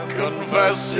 confess